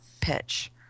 pitch